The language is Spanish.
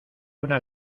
una